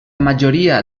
majoria